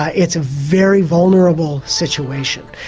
ah it's a very vulnerable situation.